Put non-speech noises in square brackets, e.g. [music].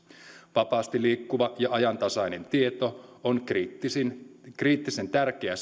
vapaasti liikkuva ja ajantasainen tieto on kriittisen kriittisen tärkeää [unintelligible]